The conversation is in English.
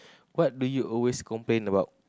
what do you always complain about